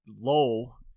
low